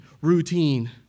routine